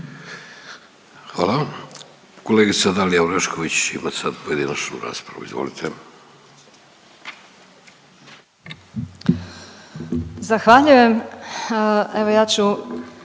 Hvala. Kolegica Dalija Orešković ima sad pojedinačnu raspravu. Izvolite. **Orešković,